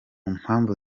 mpamvu